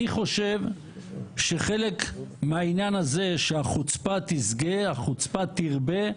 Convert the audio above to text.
אני חושב שחלק מהעניין שהחוצפא תסגא, החוצפה תרבה,